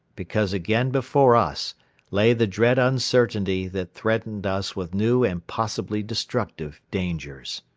because again before us lay the dread uncertainty that threatened us with new and possibly destructive dangers.